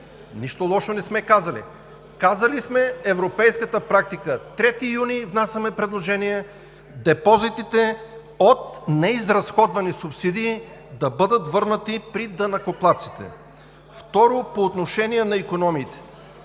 Нищо лошо не сме казали – казали сме европейската практика. 3 юни – внасяме предложение – депозитите от неизразходвани субсидии да бъдат върнати при данъкоплатците! Второ, по отношение на икономиите.